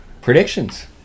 Predictions